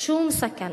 שום סכנה,